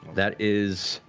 that is